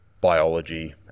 biology